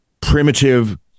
primitive